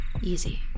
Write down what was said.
Easy